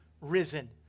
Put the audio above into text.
risen